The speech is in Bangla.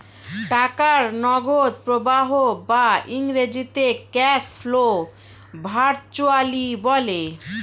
টাকার নগদ প্রবাহ বা ইংরেজিতে ক্যাশ ফ্লো ভার্চুয়ালি হয়